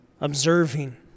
observing